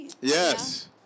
Yes